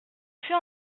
fut